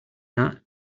that